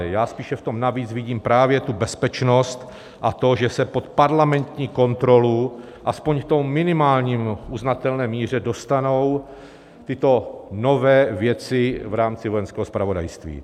Já spíše v tom navíc vidím právě tu bezpečnost a to, že se pod parlamentní kontrolu aspoň v minimální uznatelné míře dostanou tyto nové věci v rámci Vojenského zpravodajství.